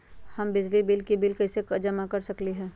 हम बिजली के बिल कईसे जमा कर सकली ह?